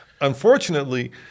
unfortunately